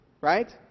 right